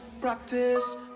practice